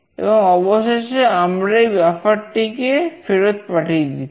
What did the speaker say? এবং অবশেষে আমরা এই buffer টিকে ফেরত পাঠিয়ে দিচ্ছি